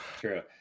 true